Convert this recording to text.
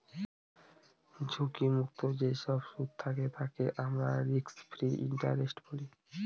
ঝুঁকি মুক্ত যেসব সুদ থাকে তাকে আমরা রিস্ক ফ্রি ইন্টারেস্ট বলি